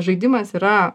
žaidimas yra